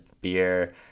beer